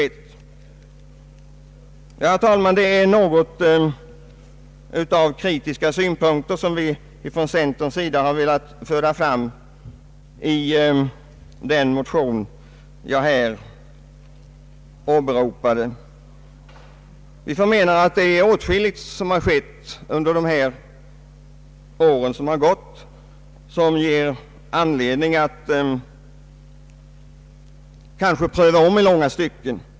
Jag har velat föra fram några av de kritiska synpunkter som vi från centerpartiets sida har anfört i den motion jag här åberopat. Vi anser att åtskilligt av det som skett under de år som gått ger anledning till en omprövning i långa stycken.